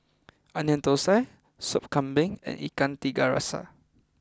Onion Thosai Sop Kambing and Ikan Tiga Rasa